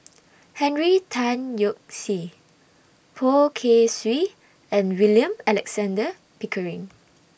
Henry Tan Yoke See Poh Kay Swee and William Alexander Pickering